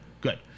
good